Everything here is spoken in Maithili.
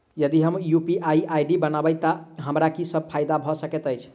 यदि हम यु.पी.आई आई.डी बनाबै तऽ हमरा की सब फायदा भऽ सकैत अछि?